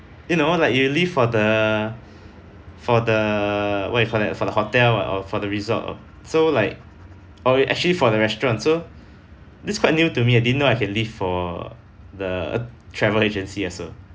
you know like you leave for the for the what you call that for the hotel ah for the resort uh so like oh you actually for the restaurant so this quite new to me I didn't know I can leave for the travel agency also